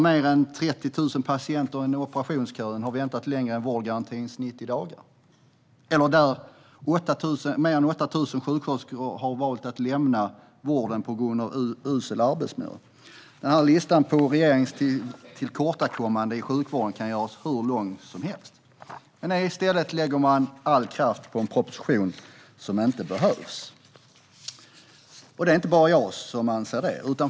Mer än 30 000 patienter i operationsköer har väntat längre än vårdgarantins 90 dagar. Mer än 8 000 sjuksköterskor har valt att lämna vården på grund av en usel arbetsmiljö. Listan på regeringens tillkortakommanden i sjukvården kan göras hur lång som helt. I stället lägger man all kraft på en proposition som inte behövs. Det är inte bara jag som anser det.